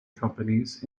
companies